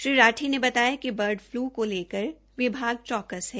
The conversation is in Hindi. श्री राठी ने बताया कि बर्ड फलू को लेकर विभाग चौक्स है